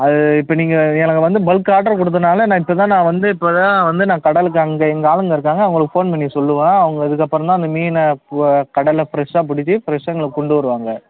அது இப்போ நீங்கள் எனக்கு வந்து பல்க் ஆர்டர் கொடுத்ததுனால நான் இப்போ தான் நான் வந்து இப்போ தான் வந்து நான் கடலுக்கு அங்கே எங்கள் ஆளுங்கள் இருக்காங்க அவங்களுக்கு ஃபோன் பண்ணி சொல்லுவோம் அவங்க இதுக்கு அப்புறந்தான் அந்த மீனை கடலில் ஃப்ரெஷ்ஷாக பிடிச்சி ஃப்ரெஷ்ஷாக இங்கே கொண்டு வருவாங்க